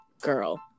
girl